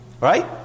Right